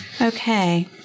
Okay